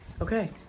Okay